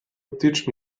teach